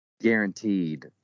guaranteed